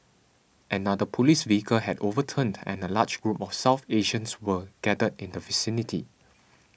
another police vehicle had overturned and a large group of South Asians were gathered in the vicinity